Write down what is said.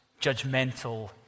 judgmental